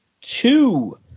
two